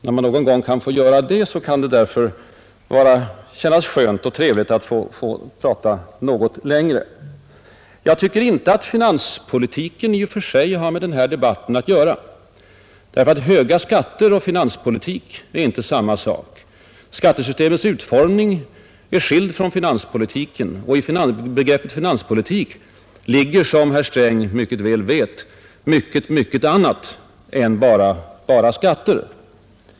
När man någon gång får göra det kan det därför kännas enbart trevligt. Jag anser inte att finanspolitiken i och för sig har med debatten att göra. Höga skatter och finanspolitik är inte samma sak. Skattesystemets utformning är en fråga, finanspolitik en annan. I begreppet finanspolitik ligger, som herr Sträng mycket väl vet, mycket annat än bara skatter.